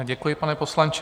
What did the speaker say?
Děkuji, pane poslanče.